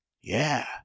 Yeah